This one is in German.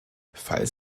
falls